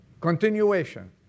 Continuation